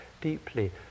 deeply